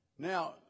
Now